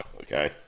Okay